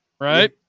Right